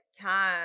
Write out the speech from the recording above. time